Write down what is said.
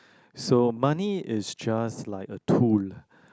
so money is just like a tool